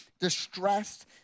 distressed